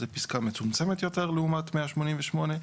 זה פסקה מצומצמת יותר לעומת 188,